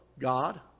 God